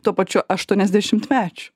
tuo pačiu aštuoniasdešimtmečiu